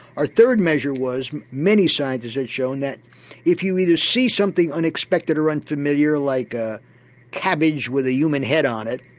our third measure was many scientists had shown that if you either see something unexpected or unfamiliar like a cabbage with a human head on it,